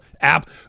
app